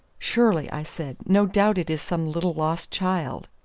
surely, i said. no doubt it is some little lost child.